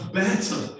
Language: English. better